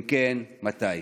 4. אם כן, מתי?